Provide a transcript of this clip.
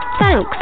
Thanks